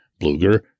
Bluger